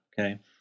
Okay